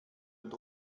und